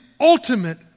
ultimate